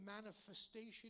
manifestation